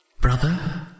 Brother